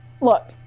look